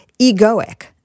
egoic